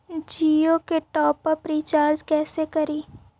जियो के लिए top up recharge कैसे करी?